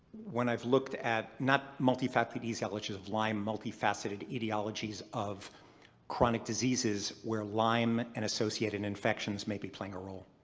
when i've looked at. not multifaceted etiologies of lyme, multifaceted etiologies of chronic diseases where lyme and associated infections may be playing a role.